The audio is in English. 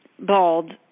bald